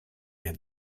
had